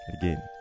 Again